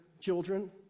children